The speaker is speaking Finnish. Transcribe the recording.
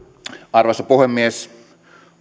arvoisa puhemies